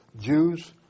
Jews